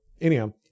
anyhow